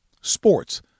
Sports